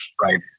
Right